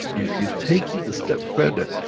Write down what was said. if you take it a step further,